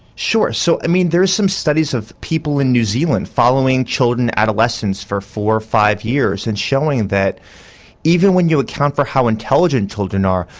sure, so i mean there are some studies of people in new zealand following children at adolescence for four or five years and showing that even when you account for how intelligent children are,